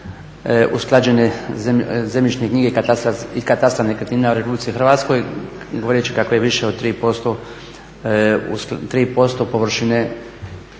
usklađene zemljišne knjige i katastra nekretnina u Republici Hrvatskoj, govoreći kako je više od 3% površine Republike